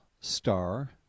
star